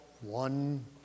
one